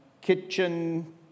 kitchen